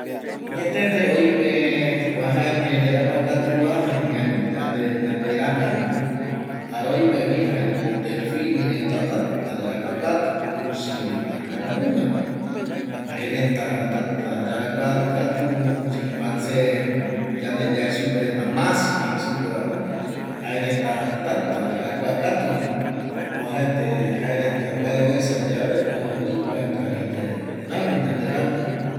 Añetete oime oajaete yarakua katuva imiarivi yande ramivano jare oimevi delfine reta täta yarakua katu, kusi reta jaenungavi jaereta täta yarakua katu chimpanse yande yae supe reta masi jei supevano jaereta täta yarakua katuvino oajaete jaereta mbae oesa yave oikua kavi yae rami yande rami